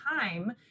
time